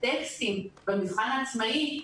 הטקסטים במבחן העצמאי,